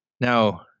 Now